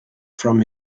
from